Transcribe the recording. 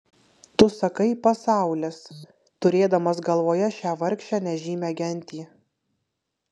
tu sakai pasaulis turėdamas galvoje šią vargšę nežymią gentį